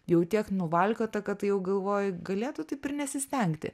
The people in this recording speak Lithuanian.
jau tiek nuvalkiota kad jau galvoji galėtų taip ir nesistengti